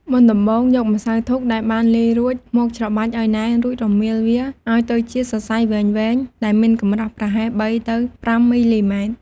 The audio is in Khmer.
មុនដំបូងរយកម្សៅធូបដែលបានលាយរួចមកច្របាច់ឱ្យណែនរួចរមៀលវាឱ្យទៅជាសរសៃវែងៗដែលមានកម្រាស់ប្រហែល ៣ ទៅ ៥ មីលីម៉ែត្រ។